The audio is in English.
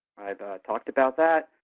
talked about that.